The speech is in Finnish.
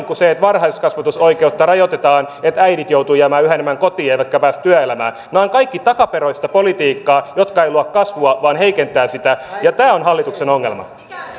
kuin se että varhaiskasvatusoikeutta rajoitetaan että äidit joutuvat jäämään yhä enemmän kotiin eivätkä pääse työelämään nämä ovat kaikki takaperoista politiikkaa joka ei luo kasvua vaan heikentää sitä ja tämä on hallituksen ongelma